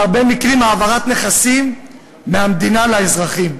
בהרבה מקרים העברת נכסים מהמדינה לאזרחים,